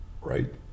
right